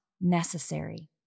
necessary